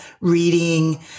reading